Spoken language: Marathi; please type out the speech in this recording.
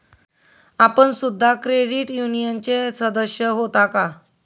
आपण सुद्धा क्रेडिट युनियनचे सदस्य होता का?